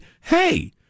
hey